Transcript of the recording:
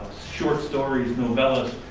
short stories, novellas,